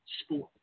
sport